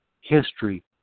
history